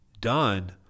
done